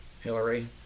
Hillary